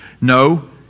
No